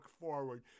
forward